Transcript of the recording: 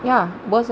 ya worse ah